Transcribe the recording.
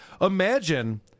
Imagine